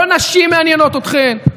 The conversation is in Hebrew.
לא נשים מעניינות אתכם,